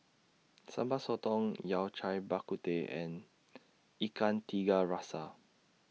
Sambal Sotong Yao Cai Bak Kut Teh and Ikan Tiga Rasa